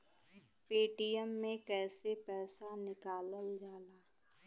Paytm से कैसे पैसा निकलल जाला?